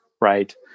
right